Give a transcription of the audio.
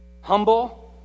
humble